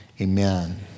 amen